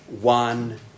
one